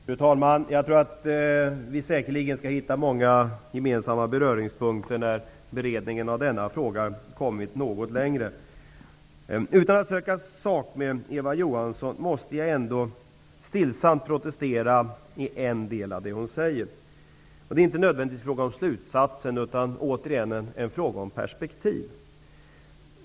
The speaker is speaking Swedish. Fru talman! Vi kommer säkerligen att hitta många gemensamma beröringspunkter när beredningen av denna fråga kommit något längre. Utan att söka sak med Eva Johansson måste jag ändå stillsamt protestera till en del mot det som hon säger. Det är inte nödvändigtvis fråga om slutsatsen utan återigen fråga om perspektivet.